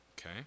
okay